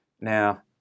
Now